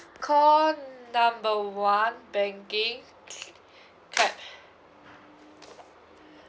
call number one banking c~ clap